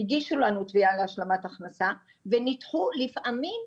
הגישו לנו תביעה להשלמת הכנסה ונדחו לפעמים,